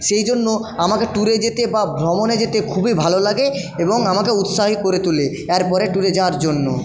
সেই জন্য আমাকে ট্যুরে যেতে বা ভ্রমণে যেতে খুবই ভালো লাগে এবং আমাকে উৎসাহী করে তোলে এর পরে ট্যুরে যাওয়ার জন্য